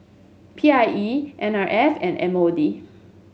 P I E N R F and M O D